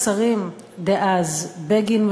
השרים דאז בגין,